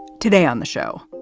today on the show,